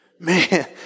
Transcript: Man